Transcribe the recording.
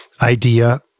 idea